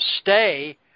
stay